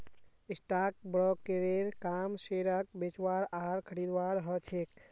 stock ब्रोकरेर काम शेयरक बेचवार आर खरीदवार ह छेक